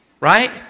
Right